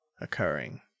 occurring